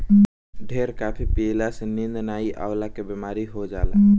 ढेर काफी पियला से नींद नाइ अवला के बेमारी हो जाला